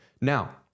Now